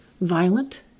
violent